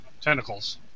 tentacles